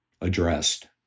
addressed